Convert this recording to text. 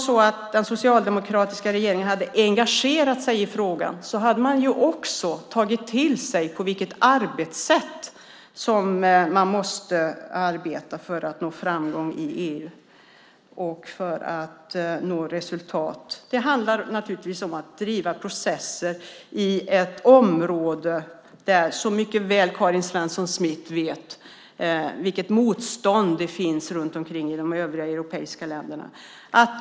Om den socialdemokratiska regeringen verkligen hade engagerat sig i frågan hade man också tagit till sig på vilket sätt man måste arbeta för att nå framgång och resultat i EU. Det handlar naturligtvis om att driva processer på ett område där det, som Karin Svensson Smith väl vet, finns ett stort motstånd i de övriga europeiska länderna.